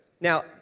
Now